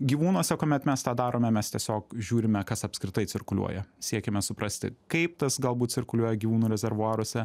gyvūnuose kuomet mes tą darome mes tiesiog žiūrime kas apskritai cirkuliuoja siekiame suprasti kaip tas galbūt cirkuliuoja gyvūnų rezervuaruose